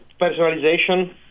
personalization